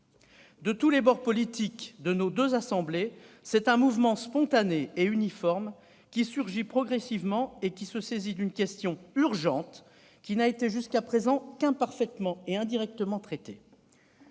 De tous les horizons politiques de nos deux assemblées, c'est un mouvement spontané et uniforme qui émerge progressivement pour se saisir d'une question urgente, n'ayant été jusqu'à présent qu'imparfaitement et indirectement traitée.